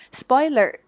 spoiler